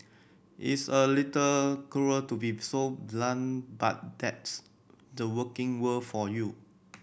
it's a little cruel to be so blunt but that's the working world for you